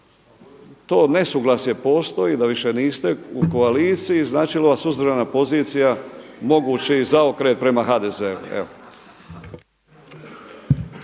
to nesuglasje postoji da više niste u koaliciji? Znači li ova suzdržana pozicija mogući i zaokret prema HDZ-u?